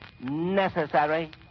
necessary